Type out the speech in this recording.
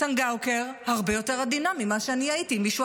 צנגאוקר הרבה יותר עדינה ממה שאני הייתי אם מישהו